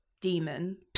demon